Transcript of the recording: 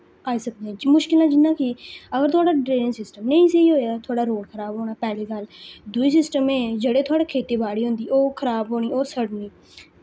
आई सकदियां न मुश्कला जि'यां कि अगर थुआढ़ा ड्रेनेज सिस्टम नेईं स्हेई होआ थुआढ़ा रोड़ खराब होना दुई सिस्टम एह् जेह्ड़े थुआढ़े खेत्ती बाड़ी होंदी ओह् खराब होनी ओह् सड़नी